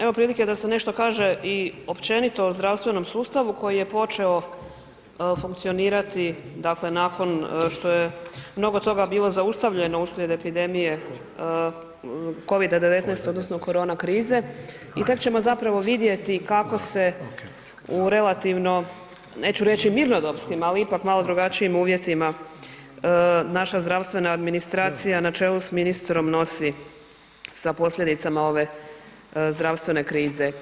Evo prilike da se nešto kaže i općenito o zdravstvenom sustavu koji je počeo funkcionirati, dakle nakon što je mnogo toga bilo zaustavljeno uslijed epidemije COVID-19 odnosno korona krize i tek ćemo zapravo vidjeti kako se u relativno, neću reći mirnodopskim, ali ipak malo drugačijim uvjetima naša zdravstvena administracija na čelu s ministrom nosi sa posljedicama ove zdravstvene krize.